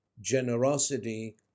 Generosity